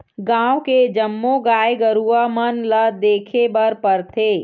गाँव के जम्मो गाय गरूवा मन ल देखे बर परथे